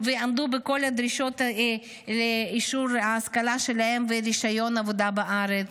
ועמדו בכל הדרישות לאישור ההשכלה שלהם לרישיון העבודה בארץ.